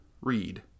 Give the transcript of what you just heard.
Read